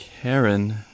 Karen